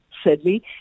sadly